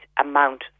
amount